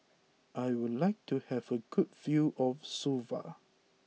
I would like to have a good view of Suva